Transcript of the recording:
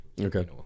Okay